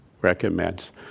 recommends